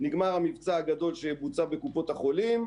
נגמר המבצע הגדול שבוצע בקופות החולים,